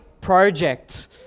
project